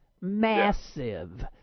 massive